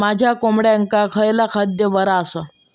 माझ्या कोंबड्यांका खयला खाद्य बरा आसा?